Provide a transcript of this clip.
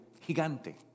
gigante